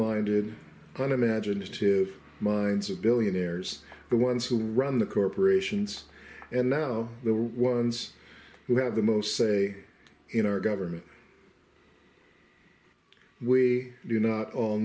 minded con imaginative minds of billionaires the ones who run the corporations and now the ones who have the most say in our government we do not all